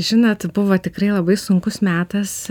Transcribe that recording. žinot buvo tikrai labai sunkus metas